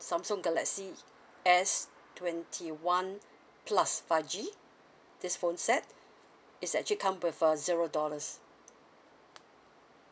samsung galaxy S twenty one plus five G this phone set is actually come with uh zero dollars